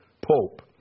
pope